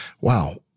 wow